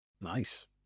Nice